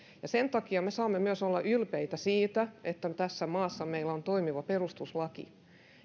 sen takia me saamme myös olla ylpeitä siitä että tässä maassa meillä on toimiva perustuslaki